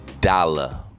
dollar